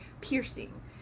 piercing